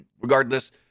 regardless